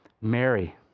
Mary